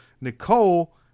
Nicole